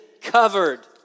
covered